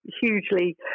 hugely